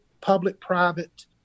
public-private